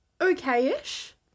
okay-ish